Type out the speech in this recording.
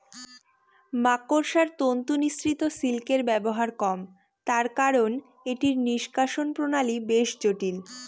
মাকড়সার তন্তু নিঃসৃত সিল্কের ব্যবহার কম তার কারন এটি নিঃষ্কাষণ প্রণালী বেশ জটিল